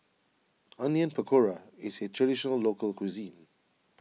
Onion Pakora is a Traditional Local Cuisine